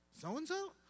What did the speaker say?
so-and-so